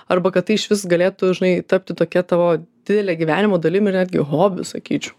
arba kad tai išvis galėtų žinai tapti tokia tavo didele gyvenimo dalim ir netgi hobiu sakyčiau